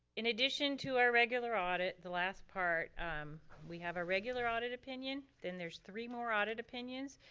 in addition to our regular audit, the last part we have a regular audit opinion, then there's three more audit opinions.